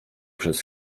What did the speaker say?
przez